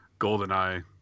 GoldenEye